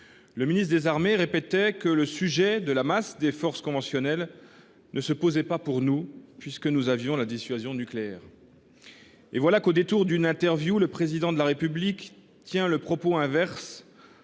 Le ministre des armées répétait alors que le problème de la masse de forces conventionnelles ne se posait pas pour nous, puisque nous disposions de la dissuasion nucléaire. Or voilà qu’au détour d’une interview le Président de la République tient le discours inverse,